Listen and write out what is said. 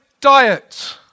diet